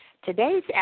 Today's